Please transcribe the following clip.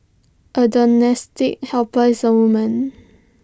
A domestic helper is A woman